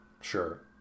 Sure